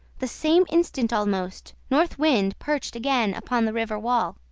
the same instant almost, north wind perched again upon the river wall.